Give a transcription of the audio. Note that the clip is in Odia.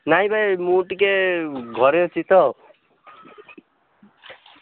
ନାଇଁ ଭାଇ ମୁଁ ଟିକେ ଘରେ ଅଛି ତ